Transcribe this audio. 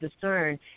discern